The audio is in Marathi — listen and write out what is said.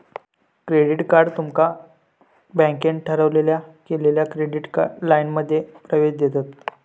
क्रेडिट कार्ड तुमका बँकेन ठरवलेल्या केलेल्या क्रेडिट लाइनमध्ये प्रवेश देतत